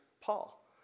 Paul